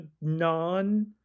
non